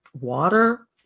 water